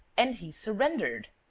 and he surrendered!